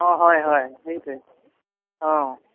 অঁ হয় হয় সেইটোৱেই অঁ